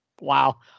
Wow